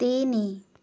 ତିନି